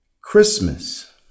Christmas